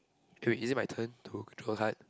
can we is it my turn to draw card